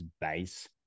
base